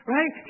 Right